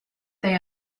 they